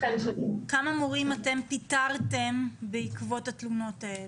כמה מורים אתם פיטרתם בעקבות התלונות האלה?